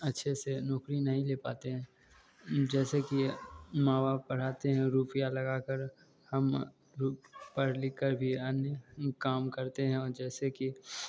अच्छे से नौकरी नहीं ले पाते हैं जैसे कि ये माँ बाप पढ़ाते है रुपिया लगा कर हम लोग पढ़ लिख कर भी अन्य नहीं काम करते है जैसे कि